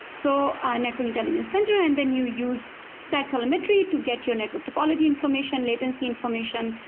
so ah network intelligence center, and then you use that telemetry to get your network topology information, latency information,